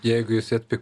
jeigu jisai atpigtų